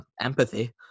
empathy